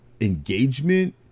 engagement